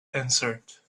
answered